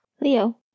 Leo